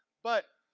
but,